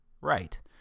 right